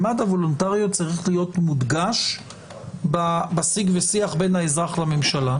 ממד הוולונטריות צריך להיות מודגש בשיג ושיח בין האזרח לממשלה.